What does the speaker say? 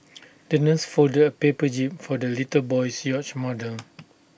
the nurse folded A paper jib for the little boy's yacht model